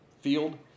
field